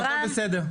זה פגיעה בילדים שלנו.